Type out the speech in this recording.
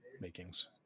makings